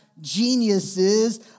geniuses